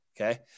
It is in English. okay